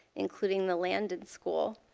including the landing school,